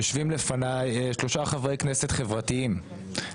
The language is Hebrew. יושבים לפניי שלושה חברי כנסת חברתיים,